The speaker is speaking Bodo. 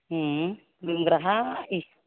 लोंग्राहाय